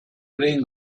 brings